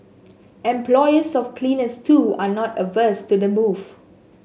employers of cleaners too are not averse to the move